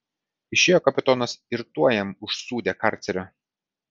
išėjo kapitonas ir tuoj jam užsūdė karcerio